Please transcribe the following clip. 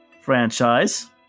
franchise